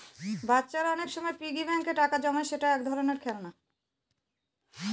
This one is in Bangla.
বাচ্চারা অনেক সময় পিগি ব্যাঙ্কে টাকা জমায় যেটা এক ধরনের খেলনা